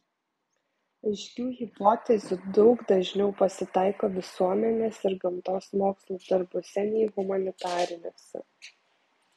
aiškių hipotezių daug dažniau pasitaiko visuomenės ir gamtos mokslų darbuose nei humanitariniuose